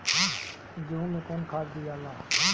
गेहूं मे कौन खाद दियाला?